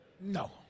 No